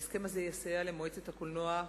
ההסכם הזה יסייע למועצת הקולנוע,